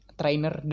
trainer